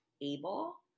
able